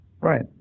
Right